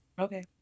Okay